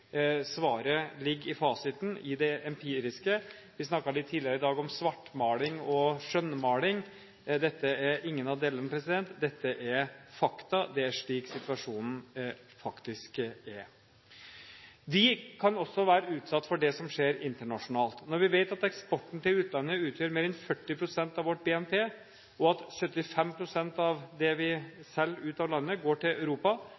Svaret ligger i fasiten, i det empiriske. Vi snakket litt tidligere i dag om svartmaling og skjønnmaling. Dette er ingen av delene, dette er fakta. Det er slik situasjonen er. Vi kan også være utsatt for det som skjer internasjonalt. Når vi vet at eksporten til utlandet utgjør mer enn 40 pst. av vårt BNP, og at 75 pst. av det vi selger ut av landet, går til Europa,